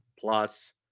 plus